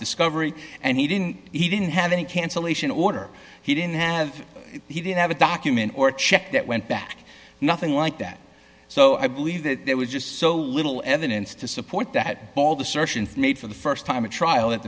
discovery and he didn't he didn't have any cancellation order he didn't have he didn't have a document or check that went back nothing like that so i believe that there was just so little evidence to support that bald assertions made for the st time a trial